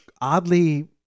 oddly